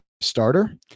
starter